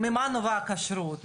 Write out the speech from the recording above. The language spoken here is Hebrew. ממה נבעה הכשרות?